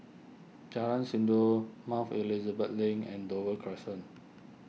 Jalan Sindor Mount Elizabeth Link and Dover Crescent